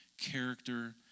character